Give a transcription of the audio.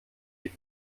die